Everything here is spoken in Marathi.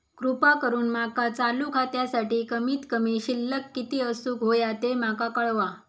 कृपा करून माका चालू खात्यासाठी कमित कमी शिल्लक किती असूक होया ते माका कळवा